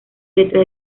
letras